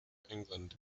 england